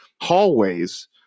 hallways